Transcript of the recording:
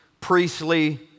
priestly